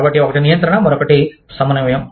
కాబట్టి ఒకటి నియంత్రణ మరొకటి సమన్వయం